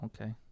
okay